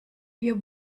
wir